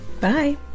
Bye